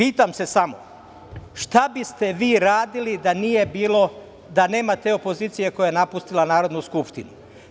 Pitam se samo, šta bi ste vi radili da nije bilo, da nema te opozicije koja je napustila Narodnu skupštinu?